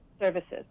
services